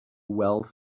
wealth